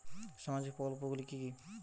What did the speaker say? সামাজিক প্রকল্পগুলি কি কি?